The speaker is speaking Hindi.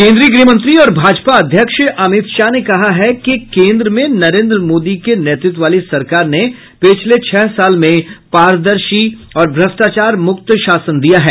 केन्द्रीय गृहमंत्री और भाजपा अध्यक्ष अमित शाह ने कहा है कि केन्द्र में नरेन्द्र मोदी के नेतृत्व वाली सरकार ने पिछले छह साल में पारदर्शी और भ्रष्टाचार मुक्त शासन दिया है